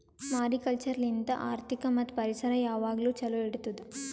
mariculture ಲಿಂತ್ ಆರ್ಥಿಕ ಮತ್ತ್ ಪರಿಸರ ಯಾವಾಗ್ಲೂ ಛಲೋ ಇಡತ್ತುದ್